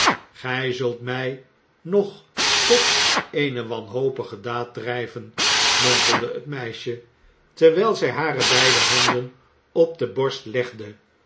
gij zult mij nog tot eene wanhopige daad drijven mompelde het meisje terwijl zij hare beide handen op de borst legde